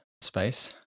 space